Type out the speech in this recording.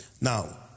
Now